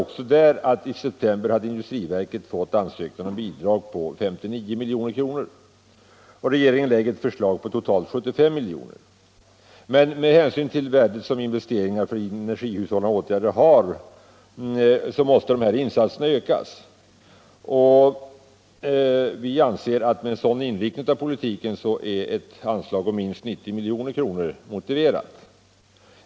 Industriverket fick i september ansökningar om bidrag på 59 milj.kr., och regeringen föreslår totalt 75 milj.kr. Med hänsyn till det värde som investeringar för energihushållningsåtgärder har måste dessa insatser ökas. Vi anser att med en sådan inriktning av politiken är ett anslag på minst 90 milj.kr. motiverat.